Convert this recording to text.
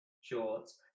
shorts